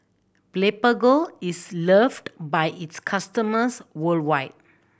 Blephagel is loved by its customers worldwide